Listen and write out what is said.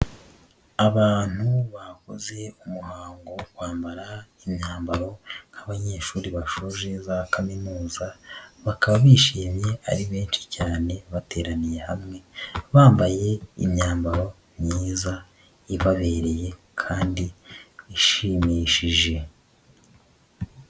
Abantu bakoze umuhango wo kwambara imyambaro nk'abanyeshuri bashoje za Kaminuza, bakaba bishimye ari benshi cyane, bateraniye hamwe, bambaye imyambaro myiza ibabereye kandi ishimishije.